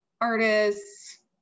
artists